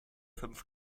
fünf